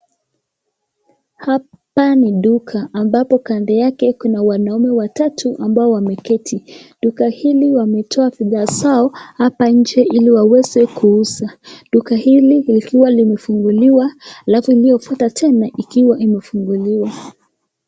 Hapa ni duka ambapo kando yake kuna wanaume watatu ambao wameketi. Duka hili wametoa bidhaa zao hapa nje ili waweze kuuza. Duka hili likiwa limefunguliwa alafu iliyofuata tena ikiwa imefunguliwa.